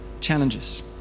challenges